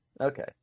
Okay